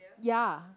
ya